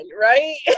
Right